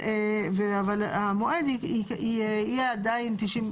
אבל המועד יהיה עדיין 90,